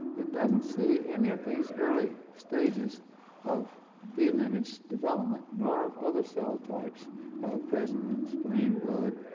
it doesn't see any of these early stages of b-lineage development nor of other cell types present in spleen, blood,